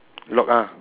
lock ah